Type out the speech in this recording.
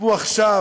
הוא עכשיו